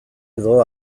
edo